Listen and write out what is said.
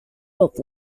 both